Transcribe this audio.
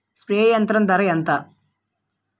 Spray యంత్రం ధర ఏంతా?